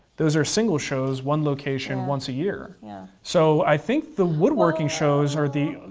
those are single shows, one location, once a year. yeah so i think the woodworking shows are the.